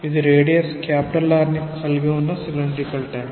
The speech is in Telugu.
ఇది రేడియస్ R ని కలిగి ఉన్న సిలిండ్రికల్ ట్యాంక్